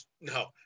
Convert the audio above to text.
No